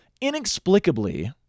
inexplicably